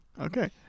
okay